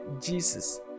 jesus